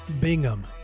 Bingham